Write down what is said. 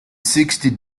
sixty